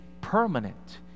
permanent